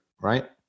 right